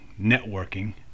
networking